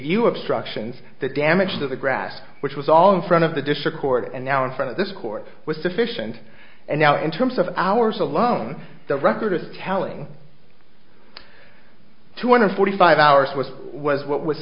new obstructions the damage to the grass which was all in front of the district court and now in front of this court was sufficient and now in terms of hours alone the record is telling two hundred forty five hours was was what was